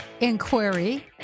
inquiry